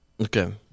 Okay